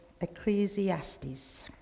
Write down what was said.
Ecclesiastes